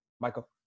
Michael